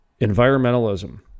environmentalism